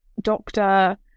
doctor